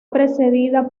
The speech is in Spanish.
precedida